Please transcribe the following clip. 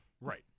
Right